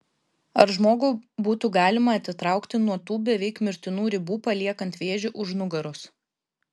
ar žmogų būtų galima atitraukti nuo tų beveik mirtinų ribų paliekant vėžį už nugaros